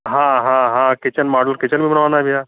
हाँ हाँ हाँ किचेन माड्यूल किचन भी बनवाना है भैया